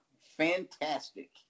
fantastic